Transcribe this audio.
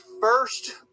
first